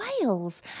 wales